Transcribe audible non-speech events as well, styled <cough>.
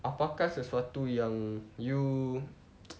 apakah sesuatu yang you <noise>